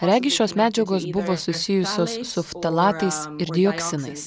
regis šios medžiagos buvo susijusios su ftalatais ir dioksinais